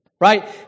Right